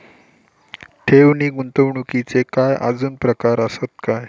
ठेव नी गुंतवणूकचे काय आजुन प्रकार आसत काय?